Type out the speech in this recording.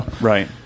Right